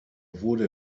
wurde